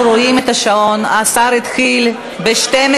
אנחנו רואים את השעון, השר התחיל ב-12:16.